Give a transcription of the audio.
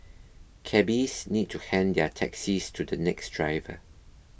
cabbies need to hand their taxis to the next driver